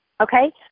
Okay